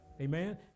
Amen